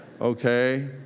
Okay